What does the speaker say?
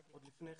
עוד לפני כן.